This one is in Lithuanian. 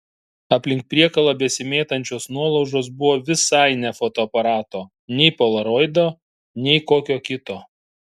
aplink priekalą besimėtančios nuolaužos buvo visai ne fotoaparato nei polaroido nei kokio kito